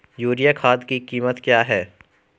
Urea खाद की कीमत क्या है?